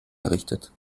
errichtet